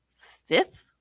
fifth